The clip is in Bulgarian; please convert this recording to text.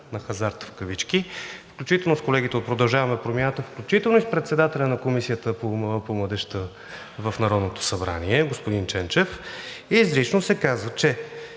на хазарта в кавички, включително с колегите от „Продължаваме Промяната“, включително с председателя на Комисията по младежта в Народното събрание господин Ченчев, изрично се казва, че